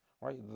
right